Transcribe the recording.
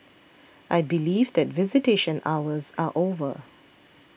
I believe that visitation hours are over